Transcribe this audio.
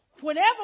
Whenever